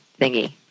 thingy